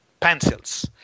pencils